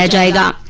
yeah da da